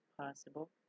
possible